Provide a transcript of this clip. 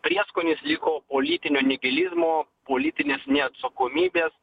prieskonis liko politinio nihilizmo politinės neatsakomybės